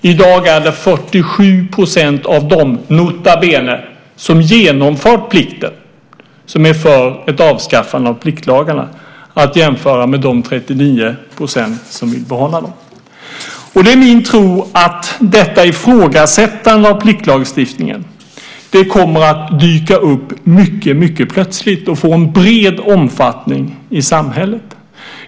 I dag är det 47 % av dem som, nota bene, har genomfört plikten som är för ett avskaffande av pliktlagarna, att jämföra med de 39 % som vill behålla dem. Det är min tro att detta ifrågasättande av pliktlagstiftningen kommer att dyka upp mycket plötsligt och få en bred omfattning i samhället.